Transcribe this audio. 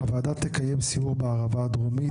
4. הוועדה תקיים סיור בערבה הדרומית.